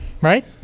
right